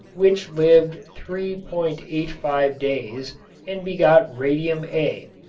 which lived three point eight five days and begot radium a,